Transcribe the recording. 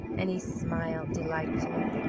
and he smiled delightfully.